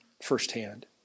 firsthand